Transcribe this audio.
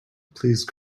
please